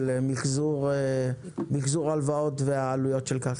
של מיחזור הלוואות והעלויות של כך.